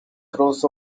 cross